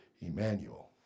Emmanuel